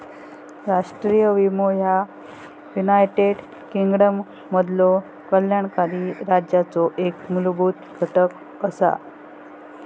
राष्ट्रीय विमो ह्या युनायटेड किंगडममधलो कल्याणकारी राज्याचो एक मूलभूत घटक असा